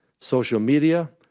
social media,